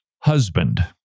Husband